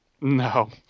No